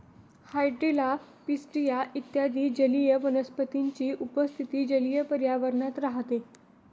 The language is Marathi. हायड्रिला, पिस्टिया इत्यादी जलीय वनस्पतींची उपस्थिती जलीय पर्यावरणात राहते